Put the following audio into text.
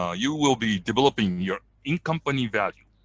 ah you will be developing your in-company value.